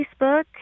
Facebook